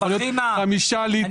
יכול להיות חמישה ליטרים- -- מר פחימה,